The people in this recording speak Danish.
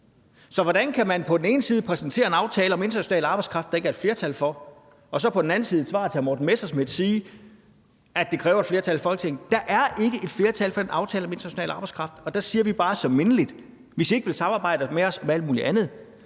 Så hvordan kan man på den ene side præsentere en aftale om international arbejdskraft, der ikke er et flertal for, men på den anden side som svar på et spørgsmål til hr. Morten Messerschmidt sige, at det kræver et flertal i Folketinget? Der er ikke et flertal for den aftale om international arbejdskraft. Og der siger vi bare så mindeligt: Hvis ikke I vil samarbejde med os om alt muligt andet,